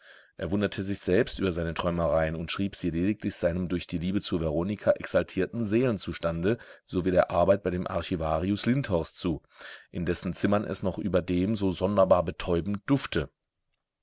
er wunderte sich selbst über seine träumereien und schrieb sie lediglich seinem durch die liebe zu veronika exaltierten seelenzustande sowie der arbeit bei dem archivarius lindhorst zu in dessen zimmern es noch überdem so sonderbar betäubend dufte